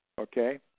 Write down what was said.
Okay